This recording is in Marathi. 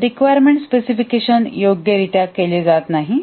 रिक्वायरमेंट स्पेसिफिकेशन योग्य रित्या केले जात नाही